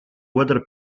whether